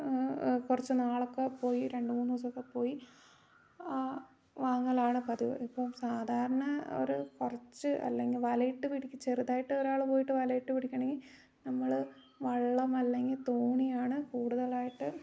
കുറച്ചു നാളൊക്കെ പോയി രണ്ട് മൂന്ന് ദിവസമൊക്കെ പോയി വാങ്ങലാണ് പതിവ് ഇപ്പം സാധാരണ ഒരു കുറച്ചു അല്ലെങ്കിൽ വലയിട്ട് പിടി ചെറുതായിട്ട് ഒരാൾ പോയിട്ട് വല ഇട്ടു പിടിക്കണമെങ്കിൽ നമ്മൾ വള്ളം അല്ലെങ്കിൽ തോണിയാണ് കൂടുതലായിട്ട്